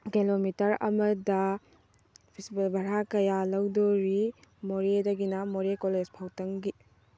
kilometre ꯑꯃꯗ ꯚꯔꯥ ꯀꯌꯥ ꯂꯧꯗꯣꯔꯤ ꯃꯣꯔꯦꯗꯒꯤꯅ ꯃꯣꯔꯦ ꯀꯣꯂꯦꯖ ꯐꯥꯎꯇꯪꯒꯤ